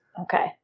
Okay